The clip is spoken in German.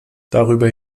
darüber